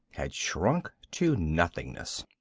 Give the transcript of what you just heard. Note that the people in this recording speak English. had shrunk to nothingness.